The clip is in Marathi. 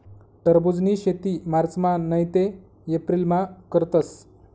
टरबुजनी शेती मार्चमा नैते एप्रिलमा करतस